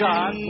God